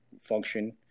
function